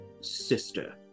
sister